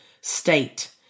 state